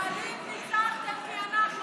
ווליד, ניצחתם, כי אנחנו מטומטמים.